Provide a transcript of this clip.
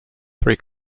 three